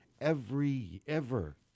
every—ever